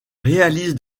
réalise